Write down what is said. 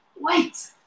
wait